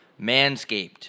Manscaped